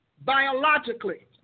biologically